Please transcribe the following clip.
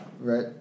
Right